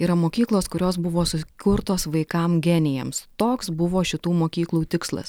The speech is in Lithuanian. yra mokyklos kurios buvo sukurtos vaikam genijams toks buvo šitų mokyklų tikslas